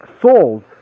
souls